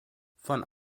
von